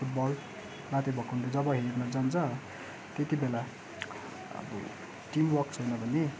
football लातेभुकुन्डो जब हेर्न जान्छ त्यत्ति बेला अब टिमवर्क छैन भने